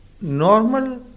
normal